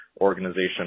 organization